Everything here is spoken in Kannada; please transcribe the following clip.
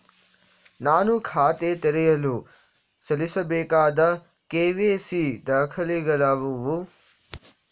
ನಾನು ಖಾತೆ ತೆರೆಯಲು ಸಲ್ಲಿಸಬೇಕಾದ ಕೆ.ವೈ.ಸಿ ದಾಖಲೆಗಳಾವವು?